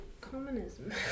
communism